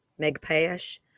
Megpash